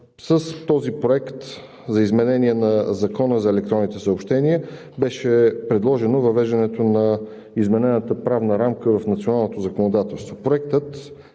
С този Проект за изменение на Закона за електронните съобщения беше предложено въвеждането на изменената правна рамка в националното законодателство.